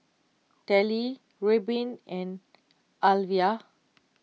Tallie Reubin and Alyvia